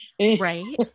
Right